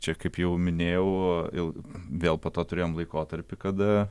čia kaip jau minėjau vėl po to turėjom laikotarpį kada